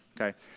okay